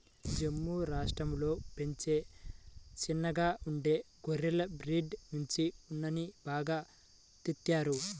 జమ్ము రాష్టంలో పెంచే చిన్నగా ఉండే గొర్రెల బ్రీడ్ నుంచి ఉన్నిని బాగా తీత్తారు